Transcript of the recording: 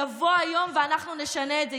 יבוא היום ואנחנו נשנה את זה.